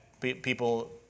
people